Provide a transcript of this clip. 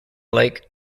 lake